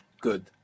Good